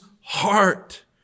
heart